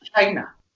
China